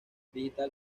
digital